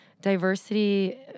diversity